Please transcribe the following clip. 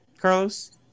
Carlos